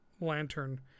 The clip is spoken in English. lantern